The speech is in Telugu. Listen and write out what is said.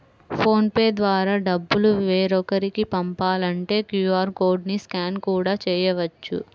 ఫోన్ పే ద్వారా డబ్బులు వేరొకరికి పంపాలంటే క్యూ.ఆర్ కోడ్ ని స్కాన్ కూడా చేయవచ్చు